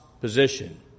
position